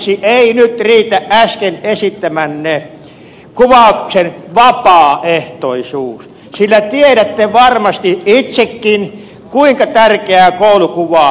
vastaukseksi ei nyt riitä äsken esittämänne kuvauksen vapaaehtoisuus sillä tiedätte varmasti itsekin kuinka tärkeä koulukuva lapselle on